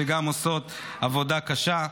שגם עושות עבודה קשה.